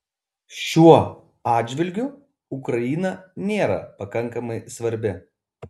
šiuo atžvilgiu ukraina nėra pakankamai svarbi